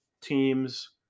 teams